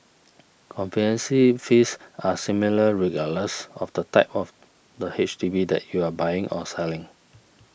conveyance fees are similar regardless of the type of the H D B that you are buying or selling